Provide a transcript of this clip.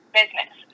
business